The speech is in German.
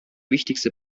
wichtigste